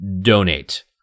donate